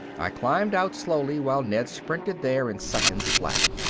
i climbed out slowly while ned sprinted there in seconds flat.